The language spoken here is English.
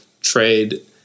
trade